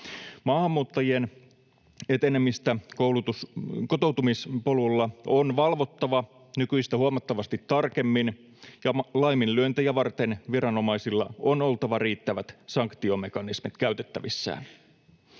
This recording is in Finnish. Maahanmuuttajien etenemistä kotoutumispolulla on valvottava nykyistä huomattavasti tarkemmin, ja laiminlyöntejä varten viranomaisilla on oltava riittävät sanktiomekanismit käytettävissään.